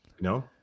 No